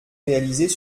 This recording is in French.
réalisées